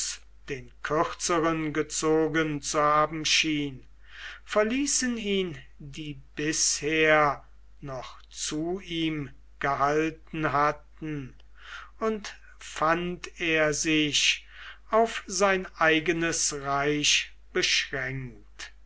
den kürzeren gezogen zu haben schien verließen ihn die bisher noch zu ihm gehalten hatten und fand er sich auf sein eigenes reich beschränkt